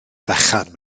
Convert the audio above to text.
fechan